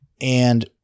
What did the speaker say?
And-